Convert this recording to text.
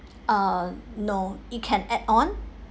err no it can add-on